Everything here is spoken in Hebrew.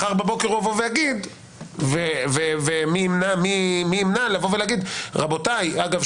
מחר בבוקר מי ימנע ממנו להגיד אגב,